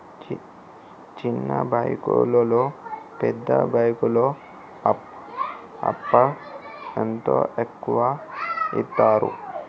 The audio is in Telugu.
చిన్న బ్యాంకులలో పెద్ద బ్యాంకులో అప్పు ఎంత ఎక్కువ యిత్తరు?